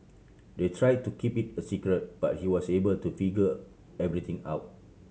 they try to keep it a secret but he was able to figure everything out